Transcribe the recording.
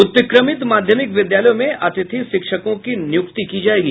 उत्क्रमित माध्यमिक विद्यालयों में अतिथि शिक्षकों की नियुक्ति की जायेगी